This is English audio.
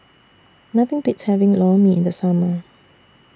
Nothing Beats having Lor Mee in The Summer